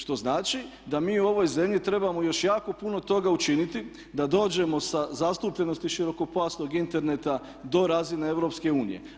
Što znači da mi u ovoj zemlji trebamo još jako puno toga učiniti da dođemo sa zastupljenosti širokopojasnog interneta do razine EU.